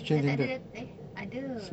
dia tak ada eh ada